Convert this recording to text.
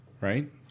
right